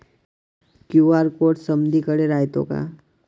QR code समदीकडे रायतो का?